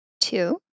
two